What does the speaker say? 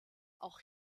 auch